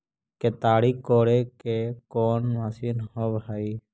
केताड़ी कोड़े के कोन मशीन होब हइ?